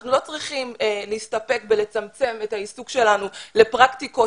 אנחנו לא צריכים להסתפק בצמצום העיסוק שלנו לפרקטיקות